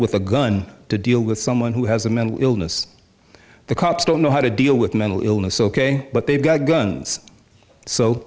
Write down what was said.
with a gun to deal with someone who has a mental illness the cops don't know how to deal with mental illness ok but they've got guns so